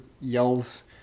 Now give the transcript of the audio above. yells